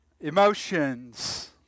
emotions